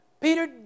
Peter